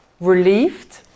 relieved